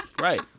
Right